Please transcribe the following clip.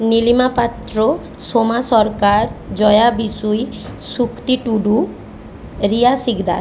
Nilima Patra Soma Sarkar Joya Bishui Shakti Tudu Riya Sikdar